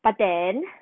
but then